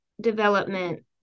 development